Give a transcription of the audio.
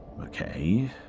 Okay